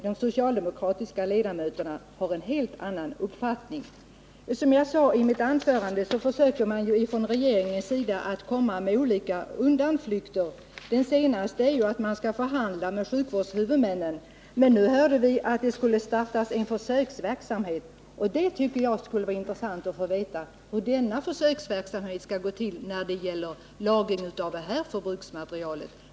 De socialdemokratiska ledamöterna har en helt annan uppfattning; de tillstyrker motionen. Som jag sade i mitt anförande försöker regeringen komma med olika undanflykter. Den senaste är att man skall förhandla med sjukvårdshuvudmännen. Nu hörde vi att det skulle startas en försöksverksamhet. Det skulle vara intressant att veta hur denna försöksverksamhet skall gå till när det gäller lagring av sjukvårdsmateriel av förbrukningskaraktär.